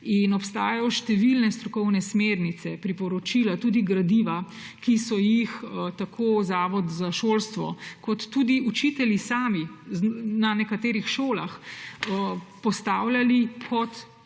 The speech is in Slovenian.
Obstajajo številne strokovne smernice, priporočila, tudi gradiva, ki so jih tako Zavod za šolstvo kot tudi učitelji sami na nekaterih šolah postavljali kot neke